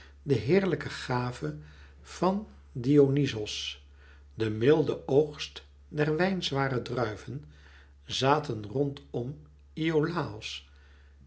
de heerlijke gave van dionyzos de milde oogst der wijnzware druiven zaten rondom iolàos